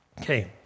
Okay